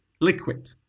liquid